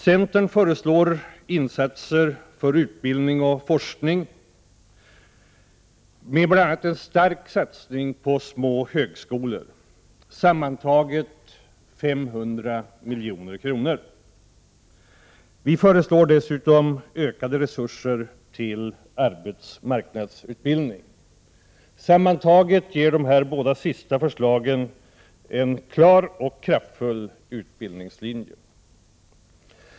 Centern föreslår insatser för utbildning och forskning, med bl.a. en stark satsning på små högskolor, sammanlagt 500 milj.kr. Vi föreslår dessutom ökade resurser till arbetsmarknadsutbildning. Sammantaget ger de här båda sista förslagen en klar och kraftfull utbildningslinje.